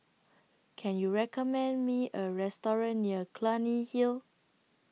Can YOU recommend Me A Restaurant near Clunny Hill